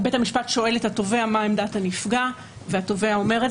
בית המשפט שואל את התובע מה עמדת הנפגע והתובע אומר.